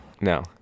No